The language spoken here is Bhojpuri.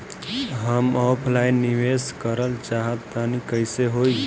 हम ऑफलाइन निवेस करलऽ चाह तनि कइसे होई?